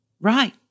Right